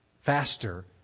faster